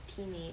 teammate